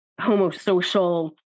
homosocial